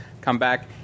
comeback